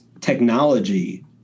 technology